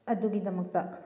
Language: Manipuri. ꯑꯗꯨꯒꯤꯗꯃꯛꯇ